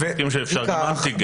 אני מסכים שאפשר לעשות גם אנטיגן,